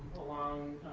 along